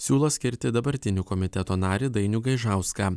siūlo skirti dabartinį komiteto narį dainių gaižauską